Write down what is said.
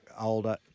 older